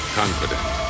confident